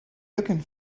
looking